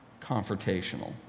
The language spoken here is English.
confrontational